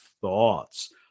thoughts